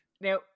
Now